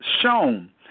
shown